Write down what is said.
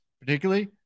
particularly